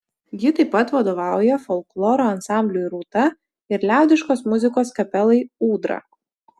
ji taip pat vadovauja folkloro ansambliui rūta ir liaudiškos muzikos kapelai ūdra